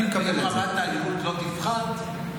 אם רמת האלימות לא תפחת,